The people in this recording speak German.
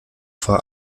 vor